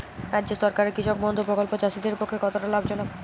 রাজ্য সরকারের কৃষক বন্ধু প্রকল্প চাষীদের পক্ষে কতটা লাভজনক?